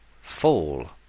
fall